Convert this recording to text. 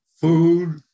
Food